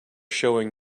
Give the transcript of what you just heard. showing